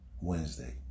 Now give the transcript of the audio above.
Wednesday